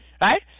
right